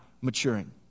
maturing